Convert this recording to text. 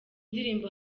ndirimbo